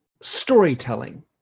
Storytelling